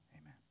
amen